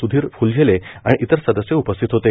सुधीर फुलझेले आणि इतर सदस्य उपस्थित होते